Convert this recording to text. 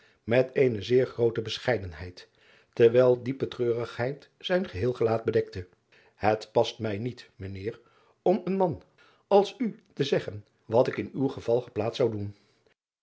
met eene zeer groote bescheidenheid terwijl diepe treurigheid zijn geheel gelaat bedekte et past mij niet mijn eer om een man als u te zeggen wat ik in uw geval geplaatst zou doen